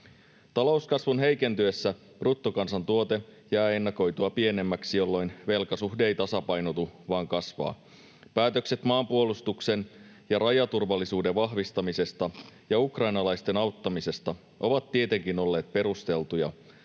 Talouskasvun heikentyessä bruttokansantuote jää ennakoitua pienemmäksi, jolloin velkasuhde ei tasapainotu vaan kasvaa. Päätökset maanpuolustuksen ja rajaturvallisuuden vahvistamisesta ja ukrainalaisten auttamisesta ovat tietenkin olleet perusteltuja